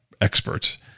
experts